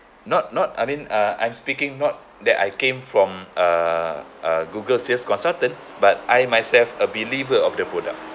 not not I mean uh I'm speaking not that I came from err uh google sales consultant but I myself a believer of the product